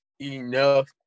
enough